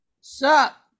Sup